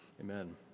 Amen